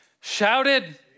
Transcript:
shouted